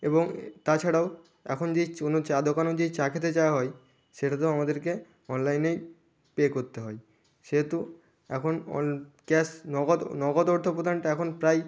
এবং তাছাড়াও এখন যে চুনো চা দোকানে যেয়ে চা খেতে যাওয়া হয় সেটাতেও আমাদেরকে অনলাইনে পে করতে হয় সেহেতু এখন অন ক্যাশ নগদ নগদ অর্থ প্রদানটা এখন প্রায়